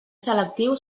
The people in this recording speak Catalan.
selectiu